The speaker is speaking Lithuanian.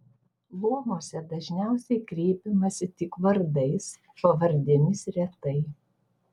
luomuose dažniausiai kreipiamasi tik vardais pavardėmis retai